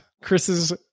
chris's